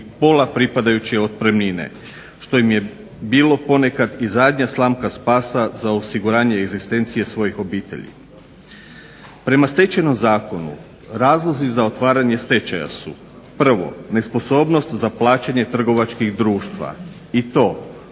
i pola pripadajuće otpremnine što im je bilo ponekad i zadnja slamka spasa za osiguranje egzistencije svojih obitelji. Prema Stečajnom zakonu razlozi za otvaranje stečaja su prvo nesposobnost za plaćanje trgovačkih društava i to